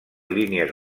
línies